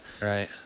Right